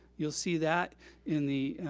you'll see that in the,